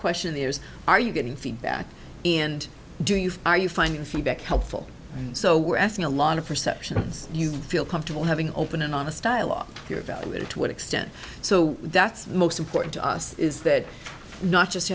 question there's are you getting feedback and do you are you finding feedback helpful so we're asking a lot of perceptions you feel comfortable having open and honest dialogue your value and to what extent so that's most important to us is that not just